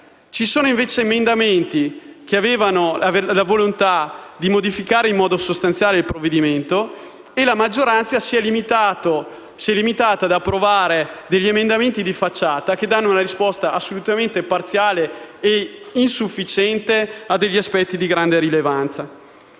c'erano poi emendamenti che avrebbero modificato in modo sostanziale il provvedimento su cui invece la maggioranza si è limitata ad approvare alcuni emendamenti di facciata che danno una risposta assolutamente parziale e insufficiente ad aspetti di grande rilevanza.